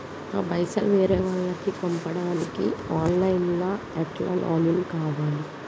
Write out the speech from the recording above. నా పైసల్ వేరే వాళ్లకి పంపడానికి ఆన్ లైన్ లా ఎట్ల లాగిన్ కావాలి?